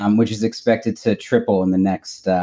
um which is expected to triple in the next